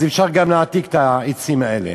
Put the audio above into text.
אז אפשר גם להעתיק את העצים האלה.